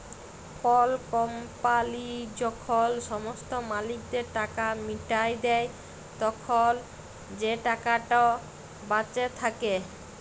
call company যখল সমস্ত মালিকদের টাকা মিটাঁয় দেই, তখল যে টাকাট বাঁচে থ্যাকে